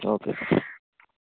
okay